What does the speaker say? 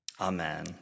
Amen